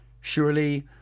Surely